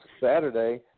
Saturday